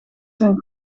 zijn